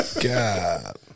God